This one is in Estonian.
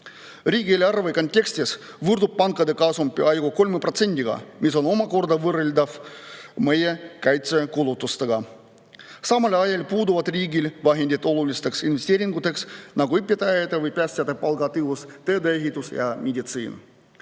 Riigieelarve kontekstis võrdub pankade kasum peaaegu 3%‑ga, mis on omakorda võrreldav meie kaitsekulutustega. Samal ajal puuduvad riigil vahendid olulisteks investeeringuteks, nagu õpetajate või päästjate palgatõus, teede ehitus ja meditsiin.